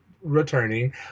returning